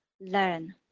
learn